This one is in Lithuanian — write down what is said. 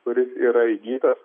kuris yra įgytas